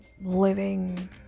living